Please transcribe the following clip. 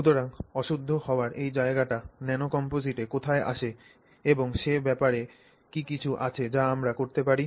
সুতরাং অশুদ্ধ হওয়ার এই জায়গাটি ন্যানোকম্পোজিটে কোথায় আসে এবং সে ব্যাপারে কি কিছু আছে যা আমরা করতে পারি